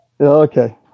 Okay